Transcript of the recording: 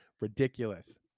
Ridiculous